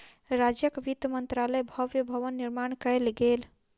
राज्यक वित्त मंत्रालयक भव्य भवन निर्माण कयल गेल